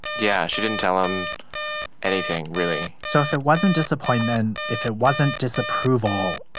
yeah. she didn't tell him anything really so if it wasn't disappointment, if it wasn't disapproval,